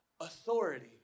authority